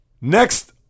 next